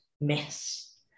Miss